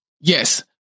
Yes